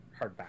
hardback